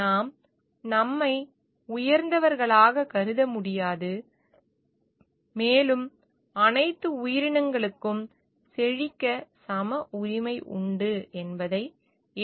நாம் நம்மை உயர்ந்தவர்களாக கருத முடியாது மேலும் அனைத்து உயிரினங்களும் செழிக்க சம உரிமை உண்டு என்பதை ஏற்றுக்கொள்ள வேண்டும்